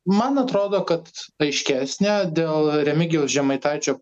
man atrodo kad aiškesnė dėl remigijaus žemaitaičio